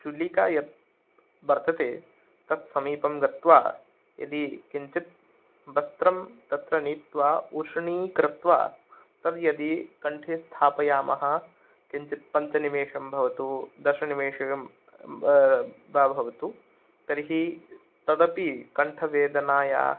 चुलिका यत् वर्तते तत् समीपं गत्वा यदि किञ्चित् वस्त्रं तत्र नीत्वा उष्णिकृत्वा तद् यदि कण्ठे स्थापयामः किञ्चित् पञ्चनिमेषं भवतु दशनिमेषम् एवं वा भवतु तर्हि तदपि कण्ठवेदनायाः